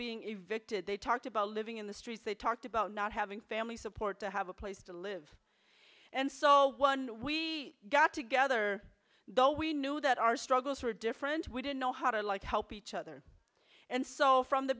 being evicted they talked about living in the streets they talked about not having family support to have a place to live and so one we got together though we knew that our struggles were different we didn't know how to like help each other and so from the